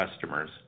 customers